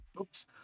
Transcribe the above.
Oops